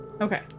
Okay